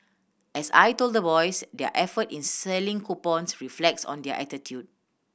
as I told the boys their effort in selling coupons reflects on their attitude